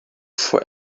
for